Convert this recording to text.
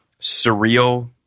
surreal